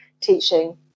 teaching